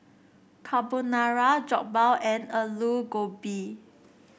Carbonara Jokbal and Alu Gobi